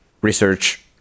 research